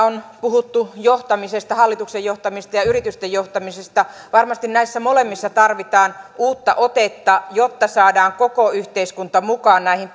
on puhuttu johtamisesta hallituksen johtamisesta ja yritysten johtamisesta varmasti näissä molemmissa tarvitaan uutta otetta jotta saadaan koko yhteiskunta mukaan näihin